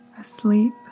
asleep